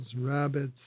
rabbits